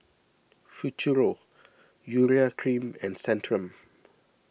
Futuro Urea Cream and Centrum